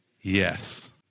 Yes